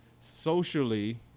socially